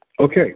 okay